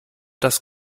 das